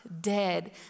dead